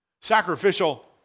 Sacrificial